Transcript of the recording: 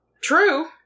True